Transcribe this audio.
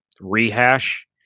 rehash